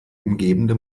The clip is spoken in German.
umgebende